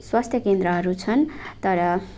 स्वास्थ्य केन्द्रहरू छन् तर